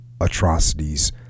atrocities